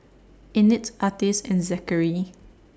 Annette Artis and Zachery